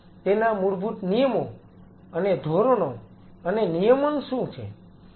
તેના મૂળભૂત નિયમો અને ધોરણો અને નિયમન શું છે